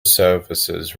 services